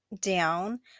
down